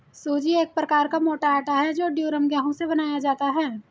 सूजी एक प्रकार का मोटा आटा है जो ड्यूरम गेहूं से बनाया जाता है